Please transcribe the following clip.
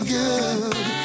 good